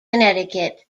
connecticut